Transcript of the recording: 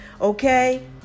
okay